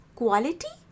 quality